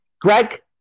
Greg